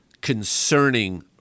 concerning